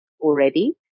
already